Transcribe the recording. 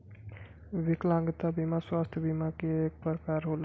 विकलागंता बिमा स्वास्थ बिमा के एक परकार होला